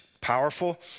powerful